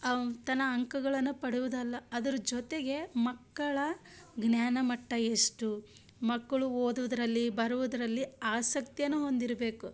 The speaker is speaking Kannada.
ಅವು ತನ್ನ ಅಂಕಗಳನ್ನ ಪಡೆಯುವುದಲ್ಲ ಅದ್ರ ಜೊತೆಗೆ ಮಕ್ಕಳ ಜ್ಞಾನಮಟ್ಟ ಎಷ್ಟು ಮಕ್ಕಳು ಓದೋದ್ರಲ್ಲಿ ಬರುವುದ್ರಲ್ಲಿ ಆಸಕ್ತಿಯನ್ನು ಹೊಂದಿರಬೇಕು